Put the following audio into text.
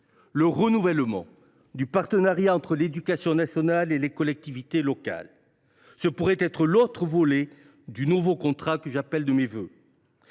du renouvellement du partenariat entre l’éducation nationale et les collectivités locales. Ce pourrait être l’autre volet du nouveau contrat que j’appelle de mes vœux.